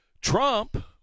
Trump